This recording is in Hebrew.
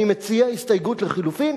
אני מציע הסתייגות לחלופין,